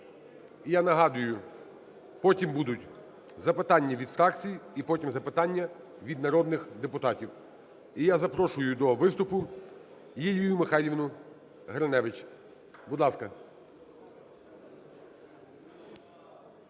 І я нагадую, потім будуть запитання від фракцій і потім – запитання від народних депутатів. І я запрошую до виступу Лілію Михайлівну Гриневич. Будь ласка.